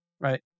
right